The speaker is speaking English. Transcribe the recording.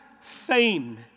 fame